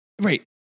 Right